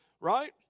right